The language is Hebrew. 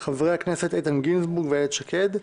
חבר הכנסת איתן גינזבורג ואיילת שקד,